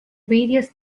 various